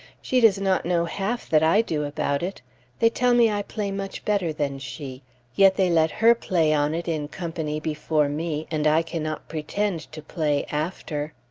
she does not know half that i do about it they tell me i play much better than she yet they let her play on it in company before me, and i cannot pretend to play after.